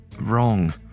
wrong